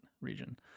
region